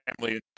family